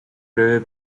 breve